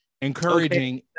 encouraging